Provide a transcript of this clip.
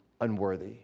unworthy